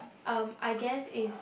um I guess is